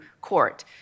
court